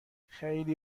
خیلی